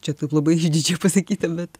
čia taip labai išdidžiai pasakyta bet